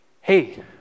hey